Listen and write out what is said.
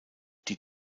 die